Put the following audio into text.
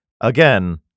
Again